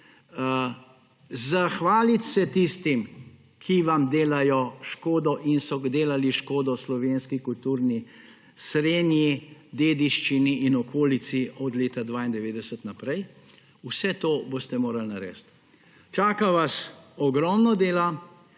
zahvaliti se tistim, ki vam delajo škodo in so delali škodo slovenski kulturni srenji, dediščini in okolici od leta 1992 naprej. Vse to boste morali narediti. Čaka vas ogromno dela